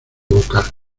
vocal